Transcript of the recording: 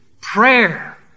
Prayer